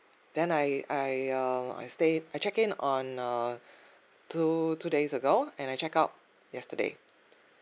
then I I err I stay I check in on err two two days ago and I check out yesterday